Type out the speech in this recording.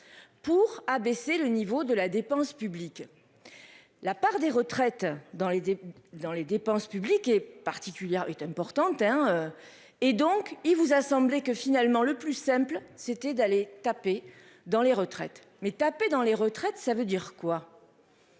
Pour abaisser le niveau de la dépense publique. La part des retraites dans les dans les dépenses publiques et particulière, il est important hein. Et donc il vous a semblé que finalement le plus simple c'était d'aller taper dans les retraites mais taper dans les retraites, ça veut dire quoi.